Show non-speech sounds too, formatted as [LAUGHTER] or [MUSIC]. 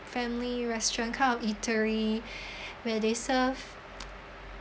family restaurant kind of eatery [BREATH] where they serve